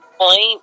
point